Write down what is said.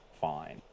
fine